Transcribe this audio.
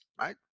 right